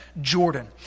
Jordan